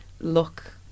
look